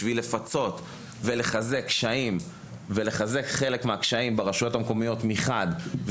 בשביל מחד לחזק לפצות על הקשיים ולחזק את חלקם ברשויות המקומיות ומאידך,